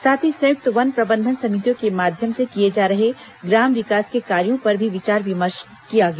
साथ ही संयुक्त वन प्रबंधन समितियों के माध्यम से किए जा रहे ग्राम विकास के कार्यों पर भी विचार विमर्श किया गया